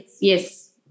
yes